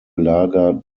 lager